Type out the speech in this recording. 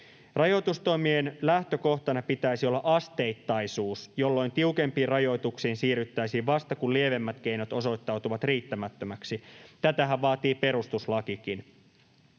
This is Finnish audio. Rajoitustoimien lähtökohtana pitäisi olla asteittaisuus, jolloin tiukempiin rajoituksiin siirryttäisiin vasta, kun lievemmät keinot osoittautuvat riittämättömiksi. Tätähän vaatii perustuslakikin.